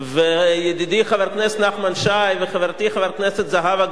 ידידי חבר הכנסת נחמן שי וחברתי חברת הכנסת זהבה גלאון,